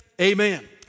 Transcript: amen